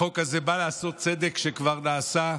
החוק הזה בא לעשות צדק שכבר נעשה,